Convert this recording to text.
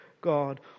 God